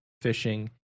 fishing